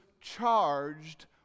charged